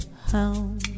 home